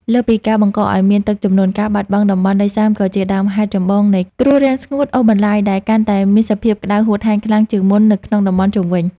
លើសពីការបង្កឱ្យមានទឹកជំនន់ ការបាត់បង់តំបន់ដីសើមក៏ជាដើមហេតុចម្បងនៃ គ្រោះរាំងស្ងួតអូសបន្លាយ ដែលកាន់តែមានសភាពក្តៅហួតហែងខ្លាំងជាងមុននៅក្នុងតំបន់ជុំវិញ។